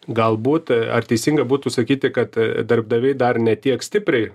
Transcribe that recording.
galbūt ar teisinga būtų sakyti kad darbdaviai dar ne tiek stipriai